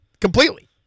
completely